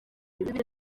bibiri